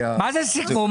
מה זה סיכום?